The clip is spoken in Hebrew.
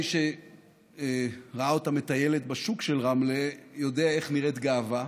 מי שראה אותה מטיילת בשוק של רמלה יודע איך נראית גאווה.